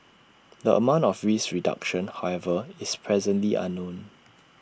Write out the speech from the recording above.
the amount of risk reduction however is presently unknown